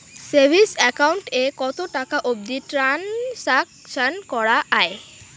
Savings account এ কতো টাকা অবধি ট্রানসাকশান করা য়ায়?